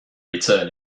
return